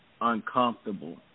uncomfortable